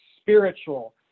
spiritual